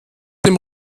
dem